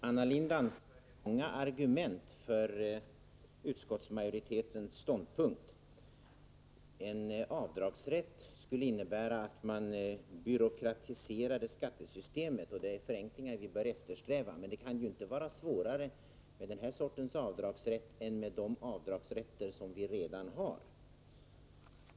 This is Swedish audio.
Fru talman! Anna Lindh anförde många argument för utskottsmajoritetens ståndpunkt. Ett var att en avdragsrätt skulle innebära att man byråkratiserade skattesystemet, medan det är förenklingar vi bör eftersträva. Men det kan ju inte vara svårare med den här sortens avdragsrätt än med de avdragsrätter som vi redan har.